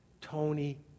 Tony